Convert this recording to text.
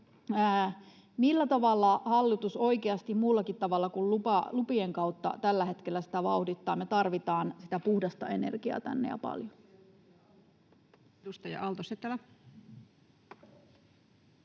millä tavalla hallitus oikeasti muullakin tavalla kuin lupien kautta tällä hetkellä sitä vauhdittaa? Me tarvitaan sitä puhdasta energiaa tänne ja paljon. [Speech 298] Speaker: